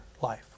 life